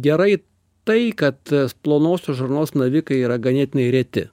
gerai tai kad plonosios žarnos navikai yra ganėtinai reti